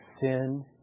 sin